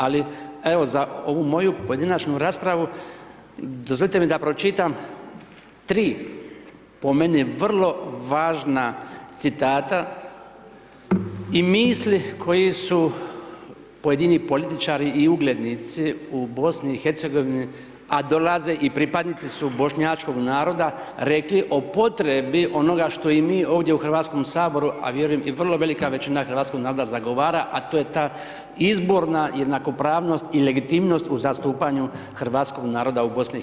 Ali, evo, za ovu moju pojedinačnu raspravu, dozvolite mi da pročitam 3 po meni, vrlo važna citata i misli koje su pojedini političari i uglednici u BIH a dolaze i pripadnici su bošnjačkog naroda, rekli o potrebi ono što i mi ovdje u Hrvatskom saboru, a vjerujem i vrlo velika većina hrvatskog naroda zagovara a to je ta izborna jednakopravnost i legitimnost u zastupanju hrvatskog naroda u BIH.